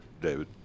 David